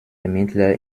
ermittler